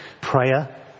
prayer